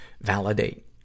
validate